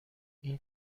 این